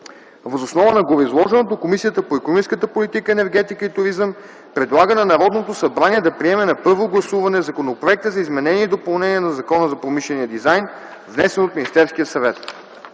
Въз основа на гореизложеното Комисията по икономическата политика, енергетика и туризъм предлага на Народното събрание да приеме на първо гласуване Законопроекта за изменение и допълнение на Закона за промишления дизайн, внесен от Министерския съвет.”